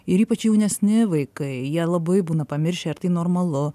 ir ypač jaunesni vaikai jie labai būna pamiršę ir tai normalu